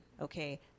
okay